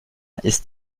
ist